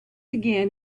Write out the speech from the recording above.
again